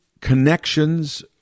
connections